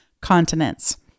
continents